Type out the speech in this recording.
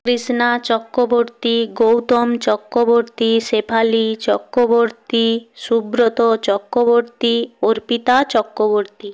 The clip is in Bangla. কৃষ্ণা চক্রবর্তী গৌতম চক্রবর্তী শেফালি চক্রবর্তী সুব্রত চক্রবর্তী অর্পিতা চক্রবর্তী